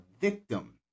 victim